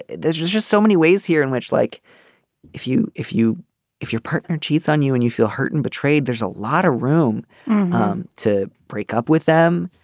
there's just just so many ways here in which like if you if you if your partner cheats on you and you feel hurt and betrayed there's a lot of room um to break up with them.